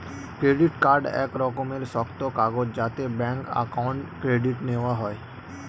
credit card এক রকমের শক্ত কাগজ যাতে ব্যাঙ্ক অ্যাকাউন্ট ক্রেডিট নেওয়া যায়